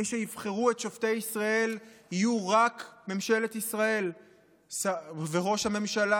מי שיבחרו את שופטי ישראל יהיו רק ממשלת ישראל וראש הממשלה,